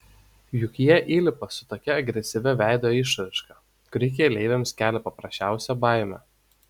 juk jie įlipa su tokia agresyvia veido išraiška kuri keleiviams kelia paprasčiausią baimę